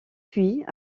puis